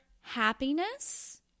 happiness